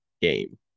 game